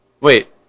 Wait